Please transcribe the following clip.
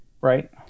Right